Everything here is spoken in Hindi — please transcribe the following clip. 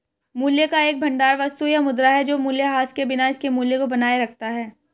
मूल्य का एक भंडार वस्तु या मुद्रा है जो मूल्यह्रास के बिना इसके मूल्य को बनाए रखता है